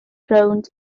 rownd